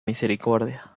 misericordia